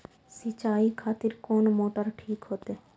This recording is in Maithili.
सीचाई खातिर कोन मोटर ठीक होते?